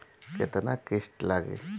केतना किस्त लागी?